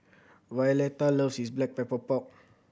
Violeta loves Black Pepper Pork